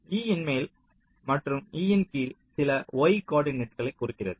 e இன் மேல் மற்றும் e இன் கீழ் சில y கோர்டினேட்களை குறிக்கிறது